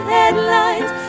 headlines